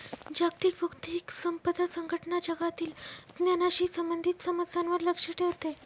जागतिक बौद्धिक संपदा संघटना जगातील ज्ञानाशी संबंधित समस्यांवर लक्ष ठेवते